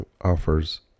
offers